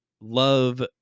Love